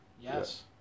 Yes